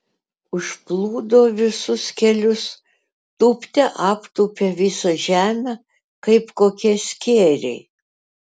užplūdo visus kelius tūpte aptūpė visą žemę kaip kokie skėriai